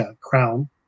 crown